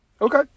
Okay